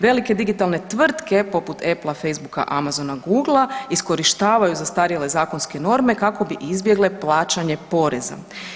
Velike digitalne tvrtke poput Applea, Facebooka, Amazona, Googlea, iskorištavaju zastarjele zakonske norme kako bi izbjegle plaćanje poreza.